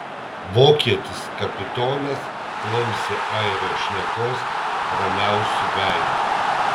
vokietis kapitonas klausė airio šnekos ramiausiu veidu